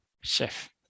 chef